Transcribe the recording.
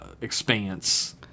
expanse